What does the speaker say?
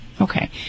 Okay